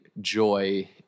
joy